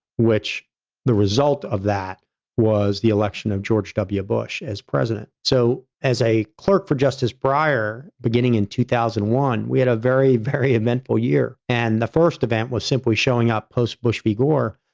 which the result of that was the election of george w. bush as president. so, as a clerk for justice breyer, beginning in two thousand and one, we had a very, very eventful year. and the first event was simply showing up post bush v. gore.